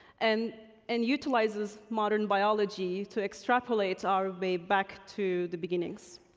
and and utilizes modern biology to extrapolate our way back to the beginnings.